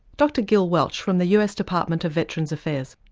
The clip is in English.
dr gilbert welch from the us department of veterans affairs.